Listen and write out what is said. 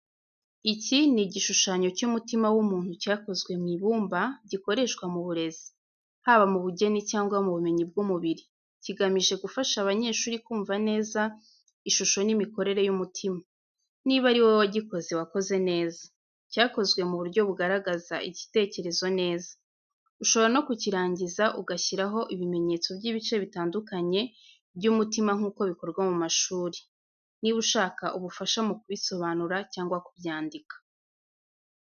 Iki ni igishushanyo cy’umutima w’umuntu cyakozwe mu ibumba, gikoreshwa mu burezi — haba mu bugeni cyangwa mu bumenyi bw’umubiri. Kigamije gufasha abanyeshuri kumva neza ishusho n’imikorere y’umutima. Niba ari wowe wagikoze, wakoze neza! Cyakozwe mu buryo bugaragaza igitekerezo neza. Ushobora no kukirangiza ugashyiraho ibimenyetso by’ibice bitandukanye by’umutima nk’uko bikorwa mu mashuri. Niba ushaka ubufasha mu kubisobanura cyangwa kubyandika .